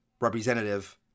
representative